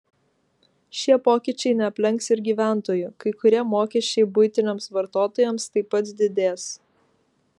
šie pokyčiai neaplenks ir gyventojų kai kurie mokesčiai buitiniams vartotojams taip pat didės